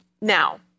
now